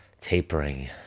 tapering